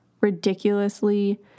ridiculously